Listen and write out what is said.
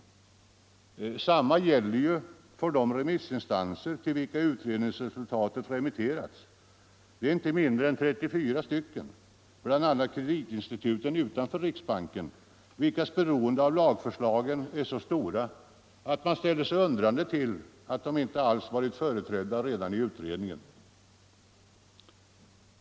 Detsamma gäller för de remissinstanser till vilka utredningsresultatet remitterats. Det är inte mindre än 34 stycken, bl.a. kreditinstituten utanför riksbanken, vilkas beroende av lagförslagen är så stort, att man ställer sig undrande till att de inte alls varit företrädda redan i utredningen.